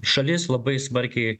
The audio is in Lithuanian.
šalis labai smarkiai